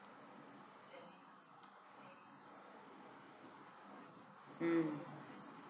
mm